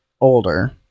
older